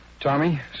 Tommy